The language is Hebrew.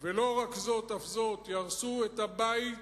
ולא זאת אף זאת, יהרסו את הבית